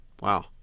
wow